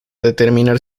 determinar